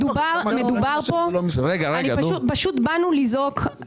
מדובר פה פשוט באנו לזעוק.